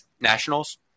nationals